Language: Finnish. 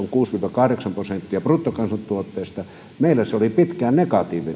kahdeksan prosenttia bruttokansantuotteesta meillä se oli pitkään negatiivinen